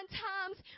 times